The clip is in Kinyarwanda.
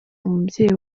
umubyeyi